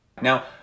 Now